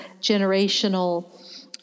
generational